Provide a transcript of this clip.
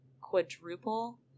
quadruple